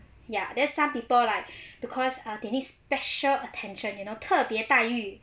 ya then some people like because they uh need special attention you know 特别待遇